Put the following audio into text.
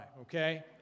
okay